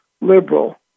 liberal